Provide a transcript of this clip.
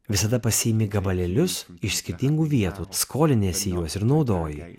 visada pasiimi gabalėlius iš skirtingų vietų skoliniesi juos ir naudoji